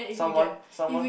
someone someone